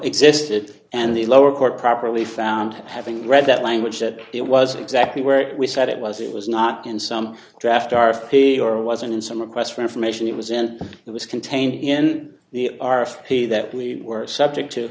existed and the lower court properly found having read that language that it was exactly where we said it was it was not in some draft are he or wasn't in some requests for information it was in it was contained in the r f d that we were subject to